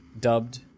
dubbed